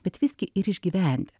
bet visgi ir išgyventi